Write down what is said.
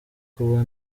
kuba